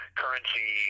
currency